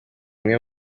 umwe